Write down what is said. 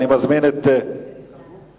בעד, 9, אין מתנגדים, אין נמנעים.